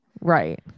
Right